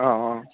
অঁ অঁ